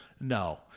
no